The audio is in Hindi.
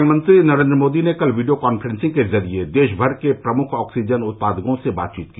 प्रधानमंत्री नरेंद्र मोदी ने कल वीडियो कांफ्रेंसिंग के जरिए देशभर के प्रमुख ऑक्सीजन उत्पादकों से बातचीत की